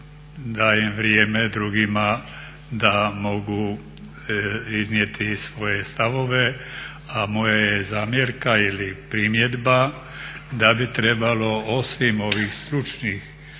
dajem vrijeme drugima da mogu iznijeti svoje stavove, a moja je zamjerka ili primjedba da bi trebalo osim ovih stručnih